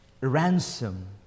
Ransom